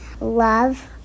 love